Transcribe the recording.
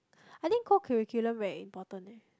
I think cocurricular very important